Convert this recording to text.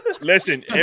Listen